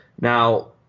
Now